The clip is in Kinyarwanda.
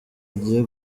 agiye